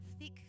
Thick